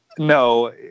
No